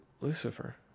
Lucifer